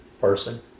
person